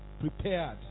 prepared